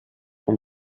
und